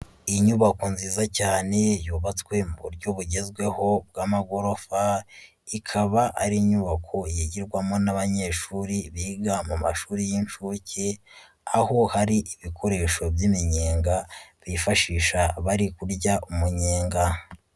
Inyubako nziza cyane yubatswe mu buryo bugezweho bw'amagorofa, ikaba ari inyubako yigirwamo n'abanyeshuri biga mu mashuri y'inshuke, aho hari ibikoresho by'iminyega bifashisha bari kurya umunyenga.